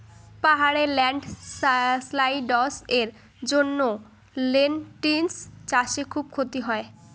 পাহাড়ে ল্যান্ডস্লাইডস্ এর জন্য লেনটিল্স চাষে খুব ক্ষতি হয়